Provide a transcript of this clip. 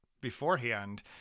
beforehand